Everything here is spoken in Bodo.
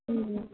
ए